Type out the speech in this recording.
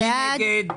מי נגד?